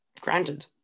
granted